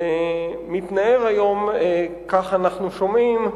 מתנער היום, כך אנחנו שומעים,